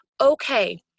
okay